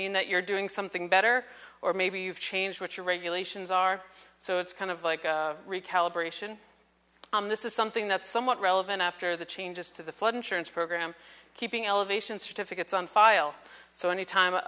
mean that you're doing something better or maybe you've changed what your regulations are so it's kind of like a recalibration on this is something that's somewhat relevant after the changes to the flood insurance program keeping elevation certificates on file so any time a